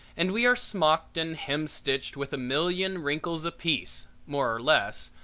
and we are smocked and hem-stitched with a million wrinkles apiece, more or less,